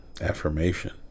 affirmation